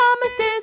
promises